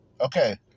Okay